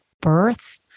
birth